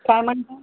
काय म्हणता